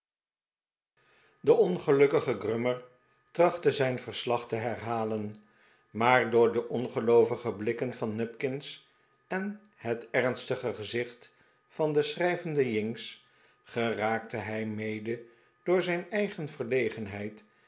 de ongelukkige grummer trachtte zijn verslag te herhalen maar door de ongeloovige blikken van nupkins en het ernstige gezicht van den schrijvenden jinks geraakte hij mede door zijn eigen